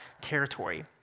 territory